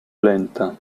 lenta